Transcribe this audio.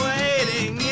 Waiting